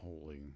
holy